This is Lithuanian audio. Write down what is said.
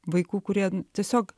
vaikų kurie tiesiog